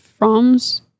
Froms